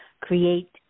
create